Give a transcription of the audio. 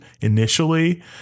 initially